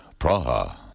Praha